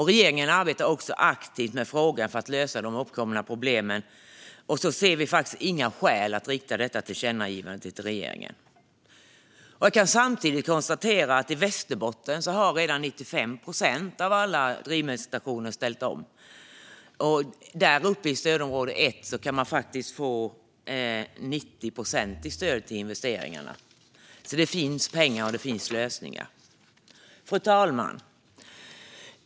Regeringen arbetar aktivt med frågan för att lösa de uppkomna problemen, så vi ser faktiskt inga skäl att rikta detta tillkännagivande till regeringen. Jag kan samtidigt konstatera att i Västerbotten har redan 95 procent av alla drivmedelsstationer ställt om. Där uppe, i stödområde 1, kan man faktiskt få 90 procent i stöd till investeringar. Det finns alltså pengar, och det finns lösningar. Fru talman!